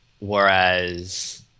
Whereas